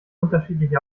unterschiedliche